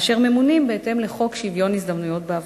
אשר ממונים בהתאם לחוק שוויון ההזדמנויות בעבודה.